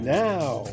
now